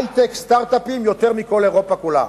היי-טק, סטארט-אפים, יותר מכל אירופה כולה.